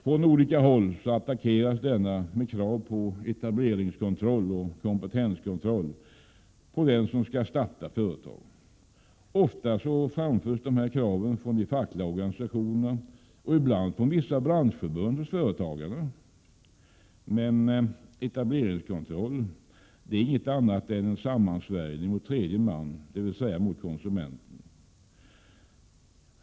Från olika håll attackeras denna med krav som etableringskontroll och kompetenskontroll när det gäller den som skall starta företag. Ofta framförs dessa krav från de fackliga organisationerna och ibland även från vissa branschförbund hos företagarna. Men etableringskontroll är inget annat än en sammansvärjning mot tredje man, dvs. konsumenten.